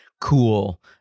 cool